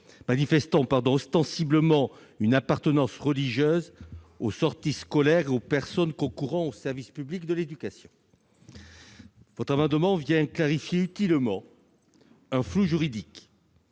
manifestant ostensiblement une appartenance religieuse aux sorties scolaires et aux personnes concourant au service public de l'éducation. Il vient clarifier utilement un flou juridique